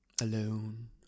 Alone